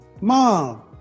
mom